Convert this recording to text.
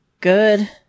good